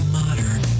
modern